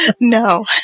No